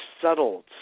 settled